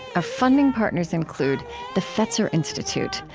our funding partners include the fetzer institute,